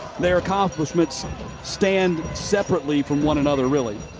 their accomplishments stand separately from one another, really.